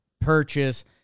purchase